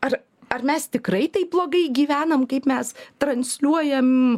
ar ar mes tikrai taip blogai gyvenam kaip mes transliuojam